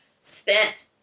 spent